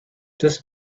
this